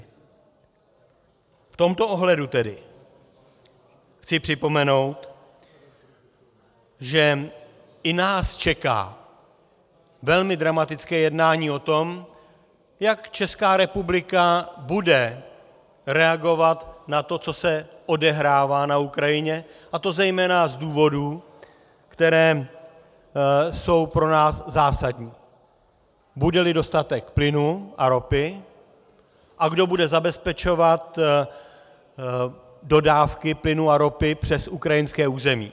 V tomto ohledu tedy chci připomenout, že i nás čeká velmi dramatické jednání o tom, jak Česká republika bude reagovat na to, co se odehrává na Ukrajině, a to zejména z důvodů, které jsou pro nás zásadní: Budeli dostatek plynu a ropy a kdo bude zabezpečovat dodávky plynu a ropy přes ukrajinské území.